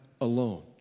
alone